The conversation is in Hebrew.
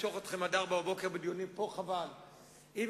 אתה חייב